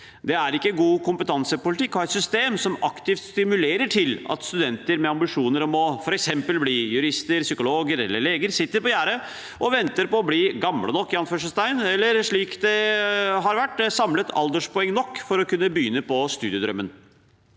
Det er ikke god kompetansepolitikk å ha et system som aktivt stimulerer til at studenter med ambisjoner om å bli f.eks. jurister, psykologer eller leger, sitter på gjerdet og venter på å bli «gamle nok» eller – slik det har vært – samler alderspoeng nok for å kunne begynne på studiedrømmen.